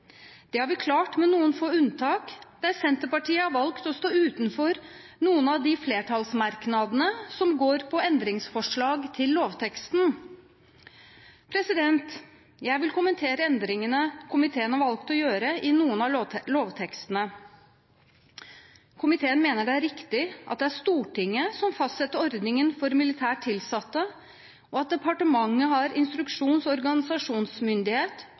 Det har vi klart med noen få unntak, der Senterpartiet har valgt å stå utenfor noen av flertallsmerknadene som går på endringsforslag til lovteksten. Jeg vil kommentere endringene komiteen har valgt å gjøre i noen av lovtekstene. Komiteen mener det er riktig at det er Stortinget som fastsetter ordningen for militært tilsatte, og at departementet har instruksjons- og organisasjonsmyndighet